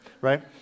Right